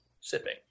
sipping